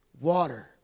water